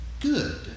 good